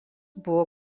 buvo